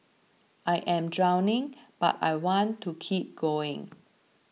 I am drowning but I want to keep going